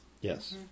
yes